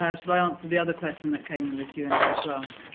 um shall i answer the other question that came in the q and a as well?